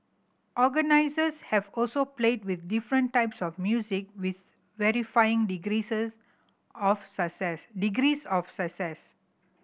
organisers have also played with different types of music with varying of success degrees of success